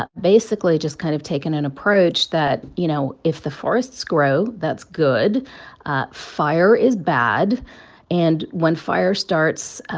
ah basically, just kind of taken an approach that, you know, if the forests grow, that's good fire is bad and when fire starts,